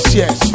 yes